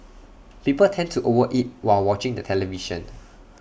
people tend to over eat while watching the television